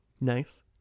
Nice